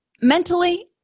mentally